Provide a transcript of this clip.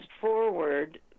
forward